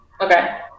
Okay